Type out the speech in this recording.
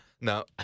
no